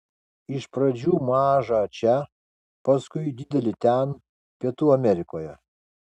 iš pradžių mažą čia paskui didelį ten pietų amerikoje